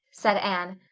said anne,